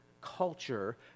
culture